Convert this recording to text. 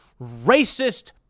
racist